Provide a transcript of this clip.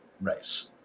race